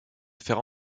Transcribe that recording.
faire